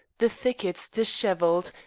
the thickets dishevelled,